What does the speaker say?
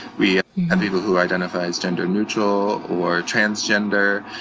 we have people who identify as gender neutral, or transgender,